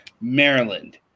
Maryland